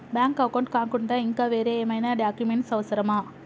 Bank account కాకుండా ఇంకా వేరే ఏమైనా డాక్యుమెంట్స్ అవసరమా?